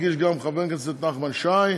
הגיש גם חבר הכנסת נחמן שי,